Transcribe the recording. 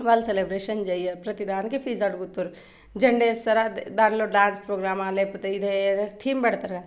వాళ్ళు సెలబ్రేషన్ చేయరు ప్రతిదానికి ఫీజు అడుగుతారు జెండా వేస్తారా దాంట్లో డాన్స్ ప్రోగ్రామా లేకపోతే ఇది ఏదైనా టీం పెడతారా